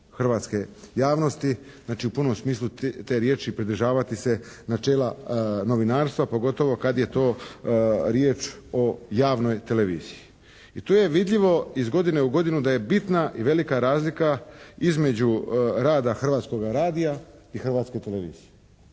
hrvatske javnosti. Znači u punom smislu te riječi pridržavati se načela novinarstva pogotovo kad je to riječ o javnoj televiziji. I tu je vidljivo iz godine u godinu da je bitna i velika razlika između rada Hrvatskoga radia i Hrvatske televizije.